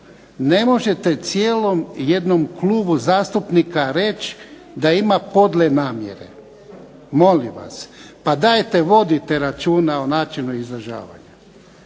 Ne možete cijelom jednom klubu zastupnika reći da ima podle namjere. Molim vas. Pa dajte vodite računa o načinu izražavanja.